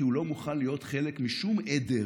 כי הוא לא מוכן להיות חלק משום עדר